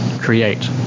create